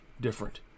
different